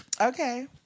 Okay